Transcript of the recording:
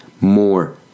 more